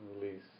release